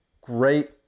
great